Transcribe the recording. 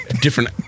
different